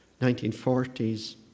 1940s